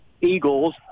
eagles